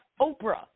Oprah